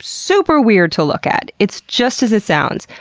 super weird to look at. it's just as it sounds.